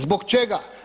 Zbog čega?